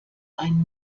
ein